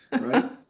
right